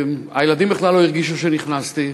והילדים בכלל לא הרגישו שנכנסתי,